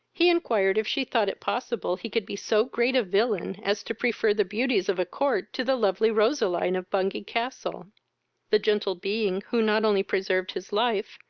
he inquired if she thought it possible he could be so great a villain as to prefer the beauties of a court to the lovely roseline of bungay-castle the gentle being who not only preserved his life,